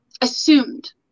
assumed